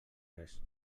res